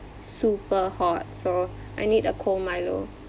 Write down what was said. super hot so I need a cold Milo